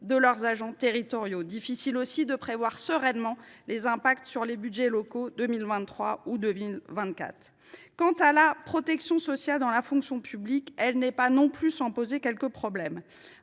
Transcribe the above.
de leurs agents territoriaux, mais aussi de prévoir sereinement les impacts sur les budgets locaux 2023 ou 2024. Quant à la protection sociale dans la fonction publique, elle n’est pas non plus sans poser quelques problèmes.